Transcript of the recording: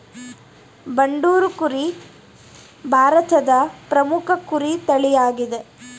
ಬಂಡೂರು ಕುರಿ ತಳಿ ಭಾರತದ ಒಂದು ಪ್ರಮುಖ ಕುರಿ ತಳಿಯಾಗಿದೆ